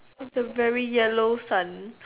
it's a very yellow sun